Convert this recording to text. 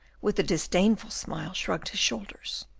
with a disdainful smile, shrugged his shoulders.